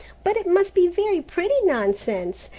but it must be very pretty nonsense,